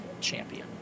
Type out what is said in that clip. champion